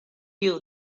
you